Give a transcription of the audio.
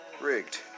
Rigged